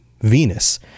Venus